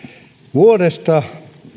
vuodesta